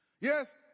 Yes